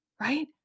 Right